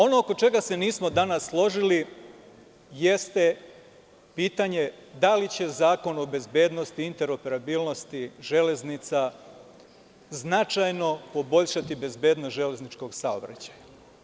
Ono oko čega se nismo danas složili jeste pitanje da li će Zakon o bezbednosti interoperabilnosti železnica značajno poboljšati bezbednost železničkog saobraćaja.